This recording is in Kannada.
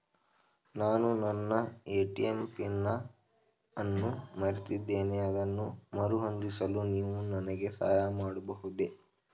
ನಾನು ನನ್ನ ಎ.ಟಿ.ಎಂ ಪಿನ್ ಅನ್ನು ಮರೆತಿದ್ದೇನೆ ಅದನ್ನು ಮರುಹೊಂದಿಸಲು ನೀವು ನನಗೆ ಸಹಾಯ ಮಾಡಬಹುದೇ?